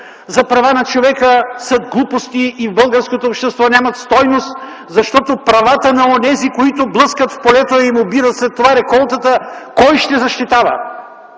за права на човека са глупости и в българското общество нямат стойност, защото кой ще защитава правата на онези, които блъскат в полето и им обират след това реколтата? Кой и кога